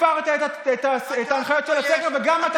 גם הפרת את ההנחיות של הסגר וגם אתה